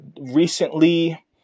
recently